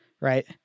right